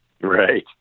Right